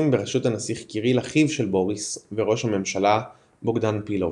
בראשות הנסיך קיריל אחיו של בוריס וראש הממשלה בוגדאן פילוב.